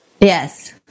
Yes